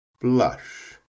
blush